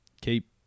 keep